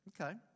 Okay